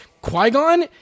Qui-Gon